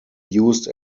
used